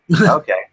Okay